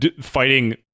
fighting